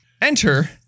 Enter